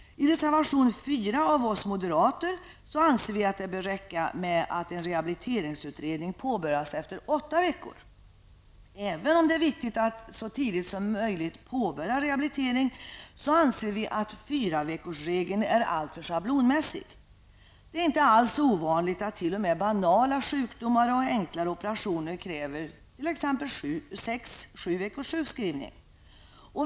I reservation 4 framför vi moderater att det bör räcka att en rehabiliteringsutredning påbörjas efter åtta veckor. Även om det är viktigt att så tidigt som möjligt påbörja rehabilitering anser vi att fyraveckorsregeln är alltför schablonmässig. Det är inte alls ovanligt att t.o.m. banala sjukdomar och enklare operationer kräver sex, sju veckors sjukskrivning.